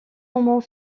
moment